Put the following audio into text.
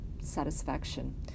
satisfaction